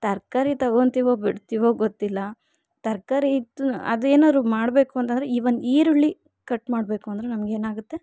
ತರಕಾರಿ ತಗೊಂತಿವೋ ಬಿಡ್ತಿವೋ ಗೊತ್ತಿಲ್ಲ ತರಕಾರಿ ಇತ್ತು ಅದೇನಾರು ಮಾಡಬೇಕು ಅಂತಂದ್ರೆ ಇವನ್ ಈರುಳ್ಳಿ ಕಟ್ ಮಾಡಬೇಕು ಅಂದರೂ ನಮಗೇನಾಗತ್ತೆ